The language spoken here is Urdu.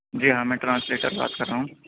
جی ہاں میں ٹرانسلیٹر بات کر رہا ہوں